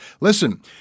Listen